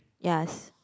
yes